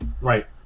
Right